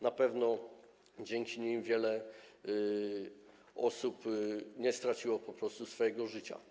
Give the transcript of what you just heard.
Na pewno dzięki nim wiele osób nie straciło po prostu swojego życia.